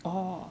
orh